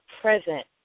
present